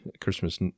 Christmas